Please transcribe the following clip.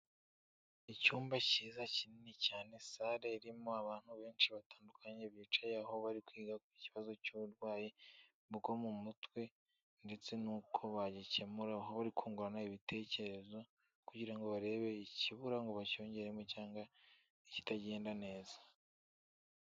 Icyumba kiza kinini cyane, sare irimo abantu benshi batandukanye bicaye aho bari kwiga ku kibazo cy'uburwayi bwo mu mutwe, ndetse nuko bagikemura aho bari kungurana ibitekerezo kugira ngo barebe ikibura ngo bacyongeremo cyangwa ikitagenda neza.